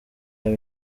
wawe